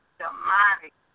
demonic